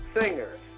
Singers